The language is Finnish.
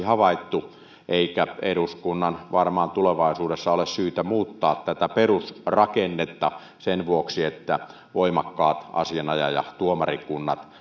havaittu eikä eduskunnan varmaan tulevaisuudessa ole syytä muuttaa tätä perusrakennetta sen vuoksi että voimakkaat asianajaja ja tuomarikunnat